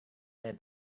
dari